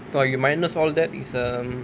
!wah! you minus all that it's um